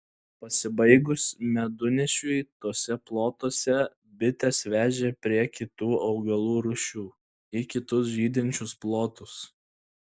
pasibaigus medunešiui tuose plotuose bites vežė prie kitų augalų rūšių į kitus žydinčius plotus